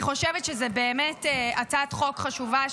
אני חושבת שזו באמת הצעת חוק חשובה,